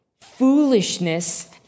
foolishness